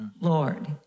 Lord